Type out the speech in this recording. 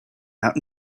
out